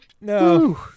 No